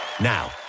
Now